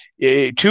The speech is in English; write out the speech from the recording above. two